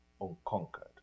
unconquered